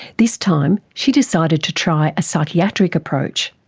this time she decided to try a psychiatric approach.